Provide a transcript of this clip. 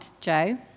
Joe